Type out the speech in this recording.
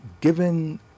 Given